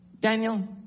Daniel